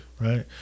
Right